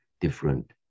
different